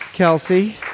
Kelsey